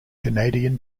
canadian